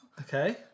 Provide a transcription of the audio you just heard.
Okay